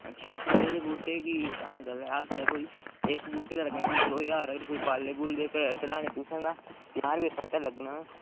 अच्छा थड़ी दे बुह्टे गी ढाह्ना पैह्लें अस ते कोई इक बूह्टे दा लग्गना कोई दो ज्हार अगर कोई बाले बूले कढाने तुसें तां पंजाह् रपेऽ बद्ध लग्गना